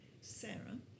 Sarah